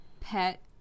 pet